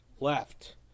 Left